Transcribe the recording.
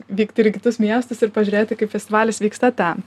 vykti ir į kitus miestus ir pažiūrėti kaip festivalis vyksta ten